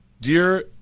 dear